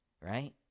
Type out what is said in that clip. right